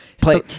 play